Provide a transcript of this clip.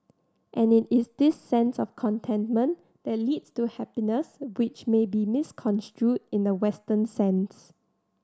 and it is this sense of contentment that leads to happiness which may be misconstrued in the Western sense